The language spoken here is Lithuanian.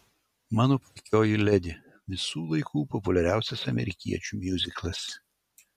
mano puikioji ledi visų laikų populiariausias amerikiečių miuziklas